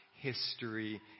history